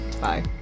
Bye